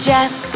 Jess